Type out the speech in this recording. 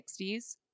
60s